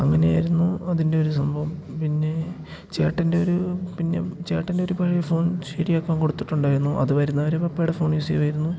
അങ്ങനെയായിരുന്നു അതിൻ്റെ ഒരു സംഭവം പിന്നെ ചേട്ടൻ്റെ ഒരു പിന്നെ ചേട്ടൻ്റെ ഒരു പഴയ ഫോൺ ശരിയാക്കാന് കൊടുത്തിട്ടുണ്ടായിരുന്നു അതു വരുന്നതുവരെ പപ്പയുടെ ഫോൺ യൂസ് ചെയ്യുകയായിരുന്നു